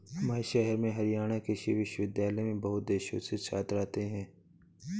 हमारे शहर में हरियाणा कृषि विश्वविद्यालय में बहुत देशों से छात्र आते हैं